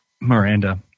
Miranda